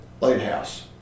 Lighthouse